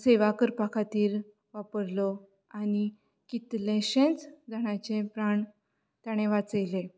सेवा करपा खातीर वापरलो आनी कितलेशेंच जाणांचे प्राण तांणे वाचयलें